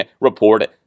report